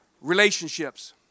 relationships